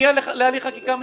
מגיע להליך חקיקה מהירה.